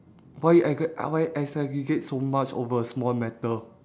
why I get ah why I segregate so much over a small matter